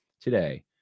today